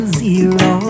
zero